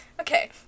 Okay